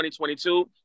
2022